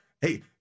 Hey